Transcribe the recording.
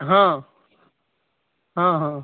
हॅं हॅं हॅं